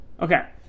Okay